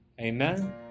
Amen